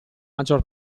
maggior